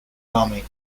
dummy